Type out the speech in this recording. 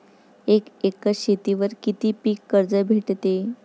एक एकर शेतीवर किती पीक कर्ज भेटते?